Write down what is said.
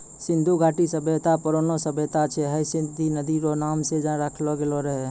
सिन्धु घाटी सभ्यता परौनो सभ्यता छै हय सिन्धु नदी रो नाम से राखलो गेलो छै